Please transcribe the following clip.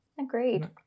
Agreed